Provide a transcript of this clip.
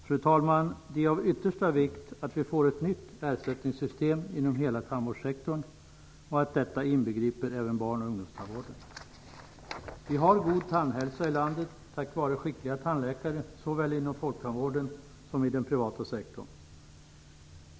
Fru talman! Det är av yttersta vikt att vi får ett nytt ersättningsystem inom hela tandvårdssektorn och att detta inbegriper även barn och ungdomstandvården. Vi har god tandhälsa i landet tack vare skickliga tandläkare såväl inom folktandvården som i den privata sektorn.